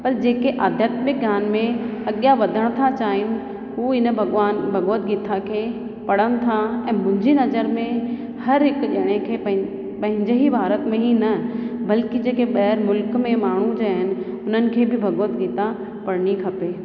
पर जेके आध्यात्मिक ज्ञान में अॻियां वधणु था चाहिनि हू इन भॻवान भॻवत गीता खे पढ़नि था ऐं मुंहिंजी नज़र में हर हिकु ॼणे खे पैं पंहिंजे ई भारत में ई न बल्कि जेके ॿाहिरि मुल्क में माण्हू जो आहिनि उन्हनि खे बि भॻवत गीता पढ़िणी खपे